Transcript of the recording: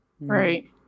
right